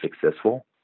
successful